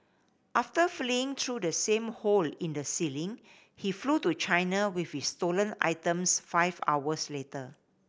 after fleeing through the same hole in the ceiling he flew to China with his stolen items five hours later